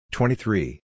Twenty-three